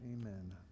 Amen